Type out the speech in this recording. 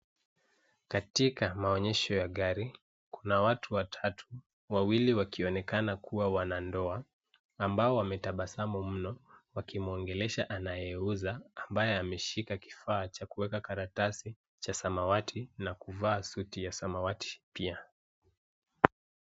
Katika maonyesho ya gari .Kuna watu watatu. Wawili wakionekana kuwa wanandoa ambao wametabasamu mno ,wakimuongelesha anaye uza ,ambaye ameshika kifaa cha kueka karatasi. Cha samawati na kuvaa suti ya samawati pia.